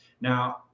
Now